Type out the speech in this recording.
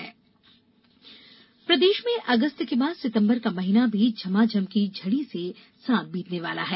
मौसम प्रदेश में अगस्त के बाद सितम्बर का महीना भी झमाझम की झडी के साथ बीतने वाला है